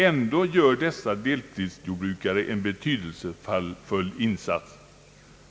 Ändå gör dessa deltidsjordbrukare betydelsefulla insatser.